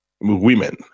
women